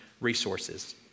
resources